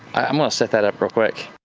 i'm gonna set that up real quick.